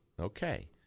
Okay